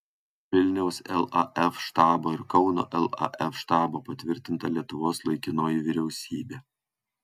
vilniaus laf štabo ir kauno laf štabo patvirtinta lietuvos laikinoji vyriausybė